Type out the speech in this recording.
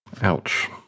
Ouch